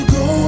go